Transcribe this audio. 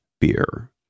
beer